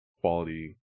quality